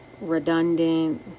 redundant